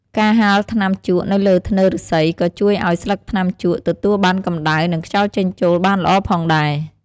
ការហាលថ្នាំជក់នៅលើធ្នើរឬស្សី ក៏ជួយអោយស្លឹកថ្នាំជក់ទទួលបានកម្ដៅ និងខ្យល់ចេញចូលបានល្អផងដែរ។